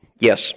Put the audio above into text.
Yes